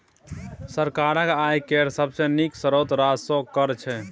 सरकारक आय केर सबसे नीक स्रोत राजस्व कर छै